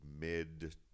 mid